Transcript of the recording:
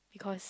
cause